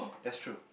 that's true